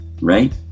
right